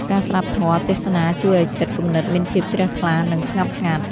ការស្ដាប់ធម៌ទេសនាជួយឱ្យចិត្តគំនិតមានភាពជ្រះថ្លា និងស្ងប់ស្ងាត់។